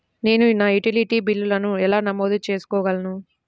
నేను నా యుటిలిటీ బిల్లులను ఎలా నమోదు చేసుకోగలను?